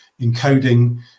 encoding